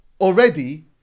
already